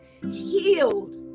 healed